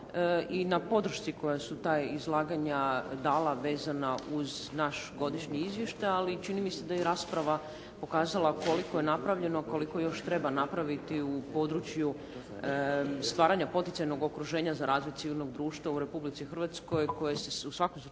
i na podršci koja su ta izlaganja dala vezana uz naši godišnji izvještaj, ali čini mi se da je rasprava pokazala koliko je napravljeno, koliko još treba napraviti u stvaranju poticajnog okruženja za razvoj civilnog društva u Republici Hrvatskoj koje se u svakom